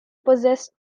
possessed